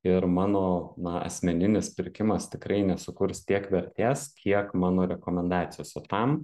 ir mano na asmeninis pirkimas tikrai nesukurs tiek vertės kiek mano rekomendacijos o tam